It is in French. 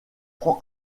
prend